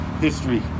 history